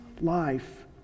life